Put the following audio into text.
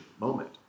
moment